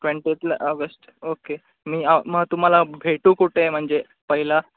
ट्वेंटीएतला August okay मी मग तुम्हाला भेटू कुठे आहे म्हणजे पहिला